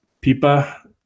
Pipa